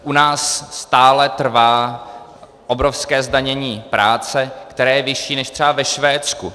U nás stále trvá obrovské zdanění práce, které je vyšší než třeba ve Švédsku.